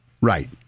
right